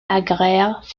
agraire